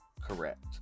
Correct